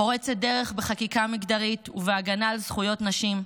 פורצת דרך בחקיקה מגדרית ובהגנה על זכויות נשים,